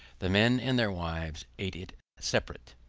the men and their wives ate it separate.